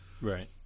right